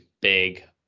big